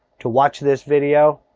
to watch this video.